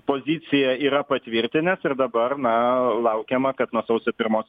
pozicija yra patvirtinęs ir dabar na laukiama kad nuo sausio pirmo